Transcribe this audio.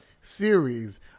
series